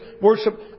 worship